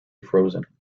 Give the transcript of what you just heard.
frozen